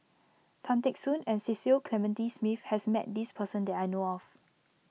Tan Teck Soon and Cecil Clementi Smith has met this person that I know of